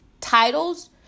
titles